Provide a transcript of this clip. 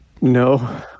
No